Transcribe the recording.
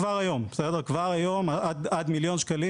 עד מיליון ₪.